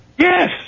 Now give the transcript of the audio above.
Yes